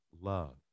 love